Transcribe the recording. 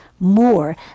more